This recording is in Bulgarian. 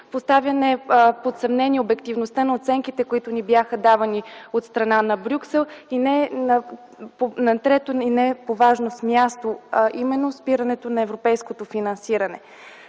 поставяне под съмнение обективността на оценките, които ни бяха давани от страна на Брюксел и на трето, но не по важност, място - именно спирането на европейското финансиране.